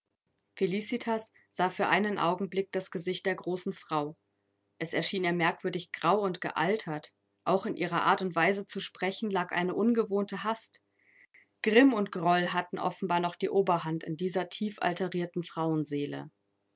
felicitas sah für einen augenblick das gesicht der großen frau es erschien ihr merkwürdig grau und gealtert auch in ihrer art und weise zu sprechen lag eine ungewohnte hast grimm und groll hatten offenbar noch die oberhand in dieser tief alterierten